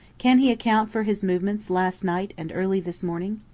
can he account for his movements last night and early this morning?